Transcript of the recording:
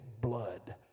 blood